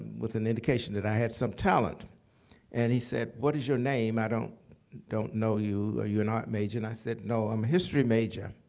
with an indication that i had some talent and he said, what is your name? i don't don't know you. are you an art major? and i said, no, i'm a history major.